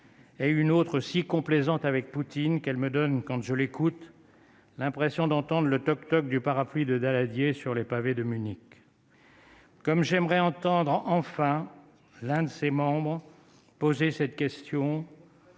et une autre si complaisante avec Poutine, qu'elle me donne, quand je l'écoute, l'impression d'entendre et le toc toc du parapluie de Daladier sur les pavés de Münich. Comme j'aimerais entendre enfin l'un de ses membres poser cette question.